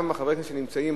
גם חברי הכנסת שנמצאים,